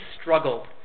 struggled